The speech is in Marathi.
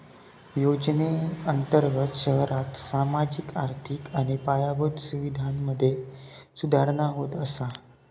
योजनेअंर्तगत शहरांत सामाजिक, आर्थिक आणि पायाभूत सुवीधांमधे सुधारणा होत असा